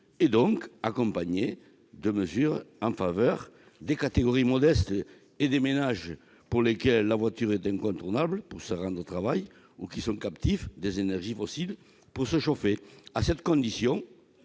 être accompagnée de mesures en faveur des catégories modestes et des ménages pour lesquels la voiture est incontournable pour se rendre au travail ou qui sont captifs des énergies fossiles pour se chauffer. À cette condition,